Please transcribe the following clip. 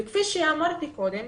כפי שאמרתי קודם,